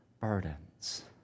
burdens